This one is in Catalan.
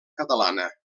catalana